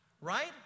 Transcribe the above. right